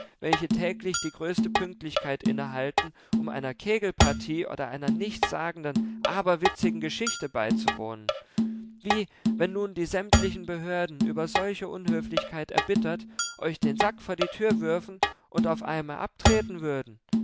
welche täglich die größte pünktlichkeit innehalten um einer kegelpartie oder einer nichtssagenden aberwitzigen geschichte beizuwohnen wie wenn nun die sämtlichen behörden über solche unhöflichkeit erbittert euch den sack vor die tür würfen und auf einmal abtreten würden